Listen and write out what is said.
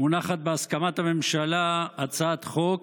מונחת בהסכמת הממשלה הצעת חוק